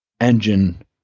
engine